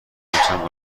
همچنان